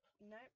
No